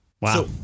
Wow